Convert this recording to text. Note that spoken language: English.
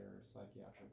psychiatric